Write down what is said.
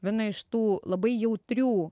viena iš tų labai jautrių